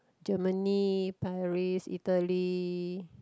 Germany Paris Italy